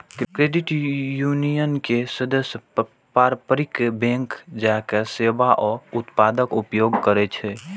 credit union के सदस्य पारंपरिक बैंक जकां सेवा आ उत्पादक उपयोग करै छै